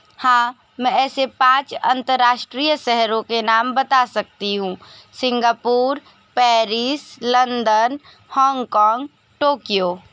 हाँ मैं ऐसे पाँच अंतरराष्ट्रीय शहरों के नाम बता सकती हूँ Singapore Paris London Hong Kong Tokyo